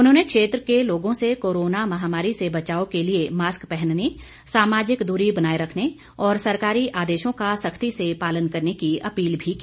उन्होंने क्षेत्र के लोगों से कोरोना महामारी से बचाव के लिए मास्क पहनने सामाजिक दूरी बनाए रखने और सरकारी आदेशों का सख्ती से पालन करने की अपील भी की